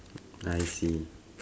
I see